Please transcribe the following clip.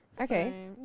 okay